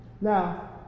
Now